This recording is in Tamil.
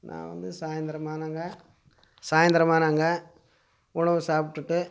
நான் வந்து சாயந்தரம் ஆனாங்க சாயந்தரம் ஆனாங்க உணவு சாப்பிட்டுட்டு